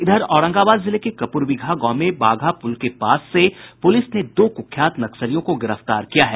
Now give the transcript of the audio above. इधर औरंगाबाद जिले के कपूरबिगहा गांव के बाघा पूल के पास से पुलिस ने दो कुख्यात नक्सलियों को गिरफ्तार किया है